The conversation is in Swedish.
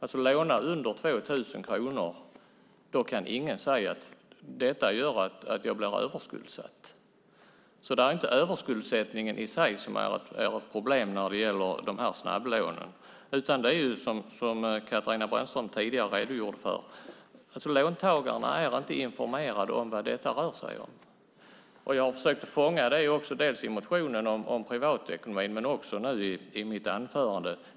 Lånar man under 2 000 kronor kan man inte säga att man blir överskuldsatt. Det är inte överskuldsättningen i sig som är ett problem när det gäller snabblånen. Det är, som Katarina Brännström tidigare redogjorde för, att låntagarna inte är informerade om vad detta rör sig om. Jag har försökt fånga det i motionen om privatekonomi men också i mitt anförande.